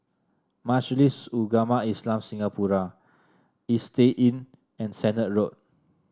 Majlis Ugama Islam Singapura Istay Inn and Sennett Road